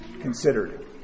considered